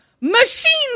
machine